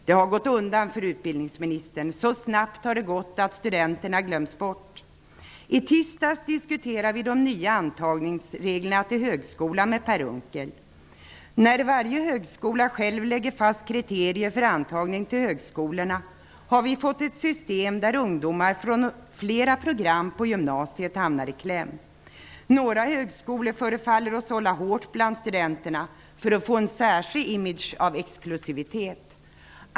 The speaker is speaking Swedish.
Det har gått undan för utbildningsministern. Så snabbt har det gått att studenterna glömts bort. I tisdags diskuterade vi de nya antagningsreglerna till högskolan med Per Unckel. När varje högskola själv lägger fast sina kriterier för antagning till högskolorna har vi fått ett system där ungdomar från flera program på gymnasiet hamnar i kläm. Några högskolor förefaller att sålla hårt bland studenterna för att få en särskild image av exklusivitet.